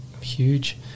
huge